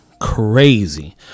crazy